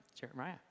Jeremiah